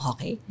Okay